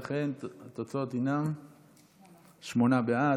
לכן התוצאות הן שמונה בעד,